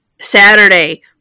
Saturday